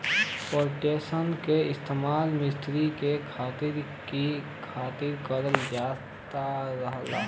पटसन क इस्तेमाल मिस्र में खाए के खातिर करल जात रहल